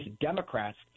Democrats